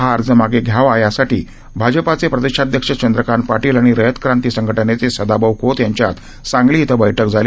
हा अर्ज मागे घ्यावा यासाठी भाजापाचे प्रदेशाध्यक्ष चंद्रकांत पाटील आणि रयत क्रांती संघटनेचे सदाभाऊ खोत यांच्या सांगली इथं बैठक झाली